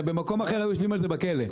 הרי במקום אחר היו יושבים על זה בכלא.